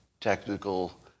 technical